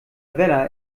vella